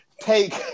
take